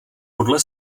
podle